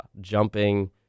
jumping